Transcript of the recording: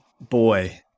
Boy